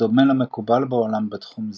בדומה למקובל בעולם בתחום זה,